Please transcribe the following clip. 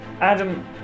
Adam